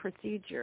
procedure